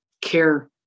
care